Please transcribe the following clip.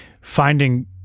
finding